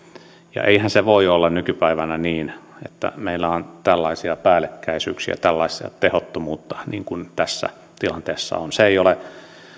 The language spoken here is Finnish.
eihän se voi olla nykypäivänä niin että meillä on tällaisia päällekkäisyyksiä tällaista tehottomuutta niin kuin tässä tilanteessa on se ei ole